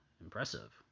Impressive